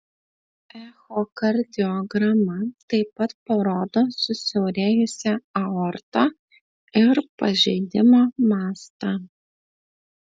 echokardiograma taip pat parodo susiaurėjusią aortą ir pažeidimo mastą